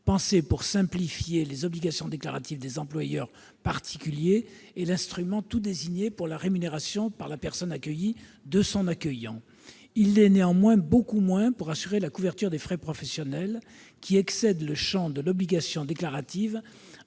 pensé pour simplifier les obligations déclaratives des employeurs particuliers, est l'instrument tout désigné pour la rémunération par la personne accueillie de son accueillant. Il l'est néanmoins beaucoup moins pour assurer la couverture des frais professionnels, qui excède le champ de l'obligation déclarative